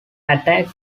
attack